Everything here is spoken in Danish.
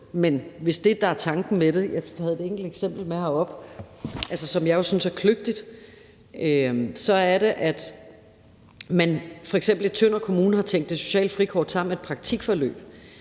Men hvis det, der er tanken med det – jeg havde et enkelt eksempel med herop – er, at man f.eks. i Tønder Kommune har tænkt det sociale frikort sammen med et praktikforløb,